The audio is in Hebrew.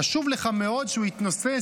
חשוב לך מאוד שהוא יתנוסס